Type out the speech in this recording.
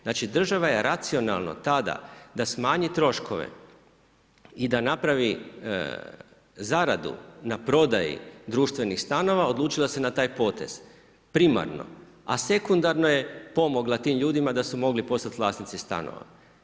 Znači država je racionalno tada da smanji troškove i da napravi zaradu na prodaji društvenih stanova odlučila se na taj potez primarno, a sekundarno je pomogla tim ljudima da su mogli postati vlasnici stanova.